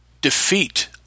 defeat